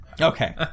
Okay